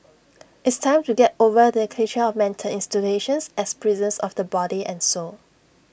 it's time to get over the cliche of mental institutions as prisons of the body and soul